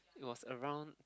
it was around